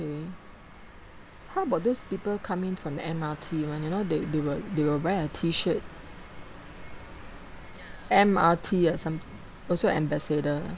how about those people coming from the M_R_T [one] you know they they will they will wear a t-shirt M_R_T at some also ambassador lah